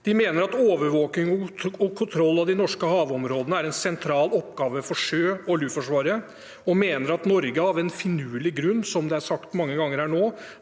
De mener at overvåking og kontroll av de norske havområdene er en sentral oppgave for Sjøforsvaret og Luftforsvaret, og at Norge, av en finurlig grunn, som sagt mange ganger her i